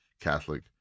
Catholic